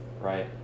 right